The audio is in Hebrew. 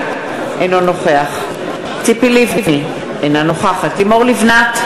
אינו נוכח ציפי לבני, אינה נוכחת לימור לבנת,